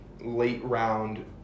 late-round